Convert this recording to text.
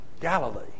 Galilee